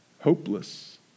hopeless